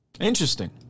Interesting